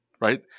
right